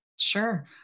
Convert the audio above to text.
Sure